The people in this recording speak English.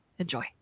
Enjoy